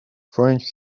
french